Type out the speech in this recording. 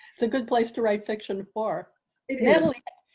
it's a good place to write fiction for it. and like